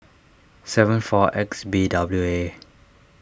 seven four X B W A